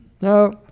no